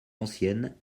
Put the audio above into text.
ancienne